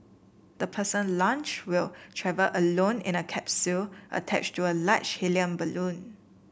the person launched will travel alone in a capsule attached to a large helium balloon